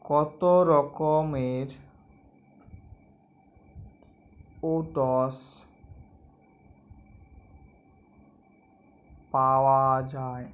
কত রকমের ওটস পাওয়া যায়